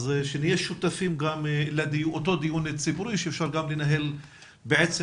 שנהיה שותפים גם לאותו דיון ציבורי שאפשר לנהל בעצם